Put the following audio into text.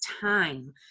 time